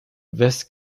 wes